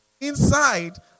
inside